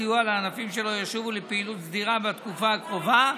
סיוע לענפים שלא ישובו לפעילות סדירה בתקופה הקרובה,